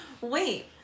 Wait